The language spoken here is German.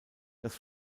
das